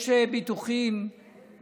יש ביטוחים,